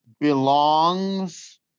belongs